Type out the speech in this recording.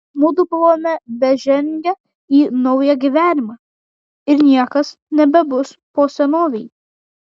mudu buvome bežengią į naują gyvenimą ir niekas nebebus po senovei